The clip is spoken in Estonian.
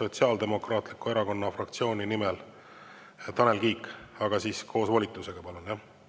Sotsiaaldemokraatliku Erakonna fraktsiooni nimel, Tanel Kiige. Aga koos volitusega, palun!